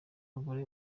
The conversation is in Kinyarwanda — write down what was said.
bagore